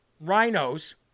rhinos